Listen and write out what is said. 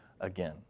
again